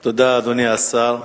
תודה, אדוני השר.